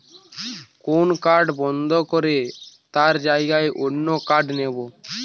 কোন কার্ড বন্ধ করে তার জাগায় অন্য কার্ড নেব